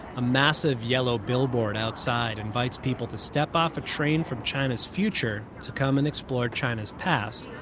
a massive yellow billboard outside invites people to step off a train from china's future to come and explore china's past.